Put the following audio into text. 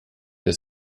des